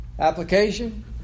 Application